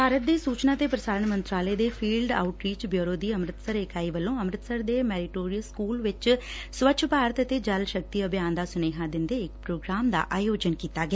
ਭਾਰਤ ਦੇ ਸੁਚਨਾ ਤੇ ਪੁਸਾਰਣ ਮੰਤਰਾਲੇ ਦੇ ਫੀਲਡ ਆਉਟਰੀਚ ਬਿਉਰੋ ਦੀ ਅੰਮਿਤਸਰ ਇਕਾਈ ਵੱਲੋ ਅੰਮਿਤਸਰ ਦੇ ਮੈਰੀਟੋਰੀਅਸ ਸਕੁਲ ਵਿੱਚ ਸਵੱਛ ਭਾਰਤ ਅਤੇ ਜਲ ਸ਼ਕਤੀ ਅਭਿਆਨ ਦਾ ਸੁਨੋਹਾ ਦਿਦੇ ਇਕ ਪ੍ਰੋਗਰਾਮ ਦਾ ਆਯੋਜਨ ਕੀਤਾ ਗਿਆ